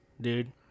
dude